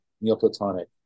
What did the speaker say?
Neoplatonic